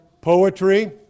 poetry